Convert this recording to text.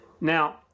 Now